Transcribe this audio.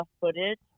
footage